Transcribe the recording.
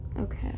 Okay